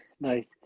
nice